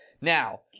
Now